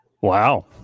wow